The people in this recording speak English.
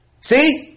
See